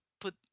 put